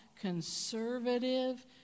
conservative